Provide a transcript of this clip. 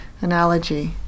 analogy